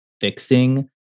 fixing